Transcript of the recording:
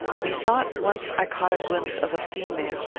methought once i caught a glimpse of a female,